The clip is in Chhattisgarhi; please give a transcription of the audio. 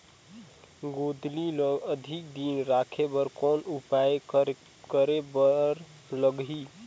गोंदली ल अधिक दिन राखे बर कौन उपाय करे बर लगही?